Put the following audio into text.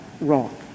wrong